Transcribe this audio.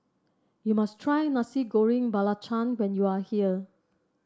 you must try Nasi Goreng Belacan when you are here